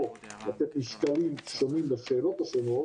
או לתת משקלים שונים לשאלות השונות,